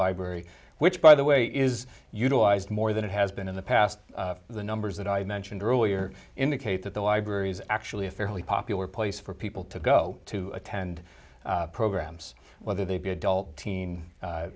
library which by the way is utilized more than it has been in the past the numbers that i mentioned earlier indicate that the library is actually a fairly popular place for people to go to attend programs whether they be adult te